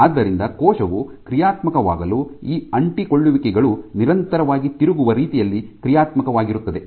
ಆದ್ದರಿಂದ ಕೋಶವು ಕ್ರಿಯಾತ್ಮಕವಾಗಲು ಈ ಅಂಟಿಕೊಳ್ಳುವಿಕೆಗಳು ನಿರಂತರವಾಗಿ ತಿರುಗುವ ರೀತಿಯಲ್ಲಿ ಕ್ರಿಯಾತ್ಮಕವಾಗಿರುತ್ತದೆ